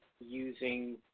using